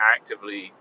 actively